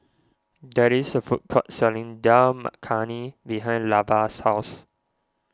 that is a food court selling Dal Makhani behind Levar's house